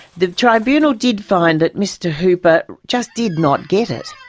the tribunal did find that mr hooper just did not get it,